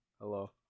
Hello